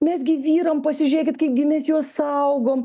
mes gi vyram pasižiūrėkit kaip gi mes juos saugom